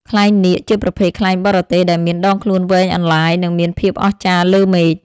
ខ្លែងនាគ ជាប្រភេទខ្លែងបរទេស ដែលមានដងខ្លួនវែងអន្លាយ និងមានភាពអស្ចារ្យលើមេឃ។